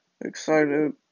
excited